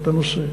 את הנושא,